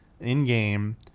in-game